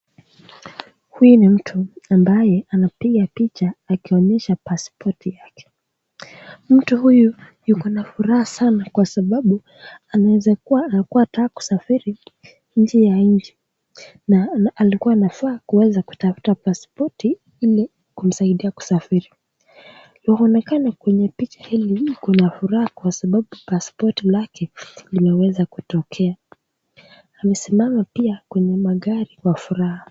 Huyu ni mtu ambaye anapiga picha akionyesha passport yake. Mtu huyu yuko na furaha sana kwa sababu anaweza kuwa alikuwa anataka kusafiri nje ya nchi na alikuwa anafaa kuweza kutafuta passport ile kumsaidia kusafiri. Unaonekana kwenye picha hili yuko na furaha kwa sababu passport lake limeweza kutokea. Amesimama pia kwenye magari kwa furaha.